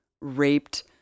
raped